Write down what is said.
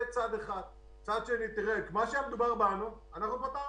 את מה שהיה תלוי בנו כבר פתרנו.